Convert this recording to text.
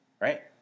right